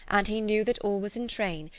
and he knew that all was in train,